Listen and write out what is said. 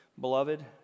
Beloved